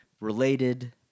related